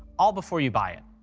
all before you buy it.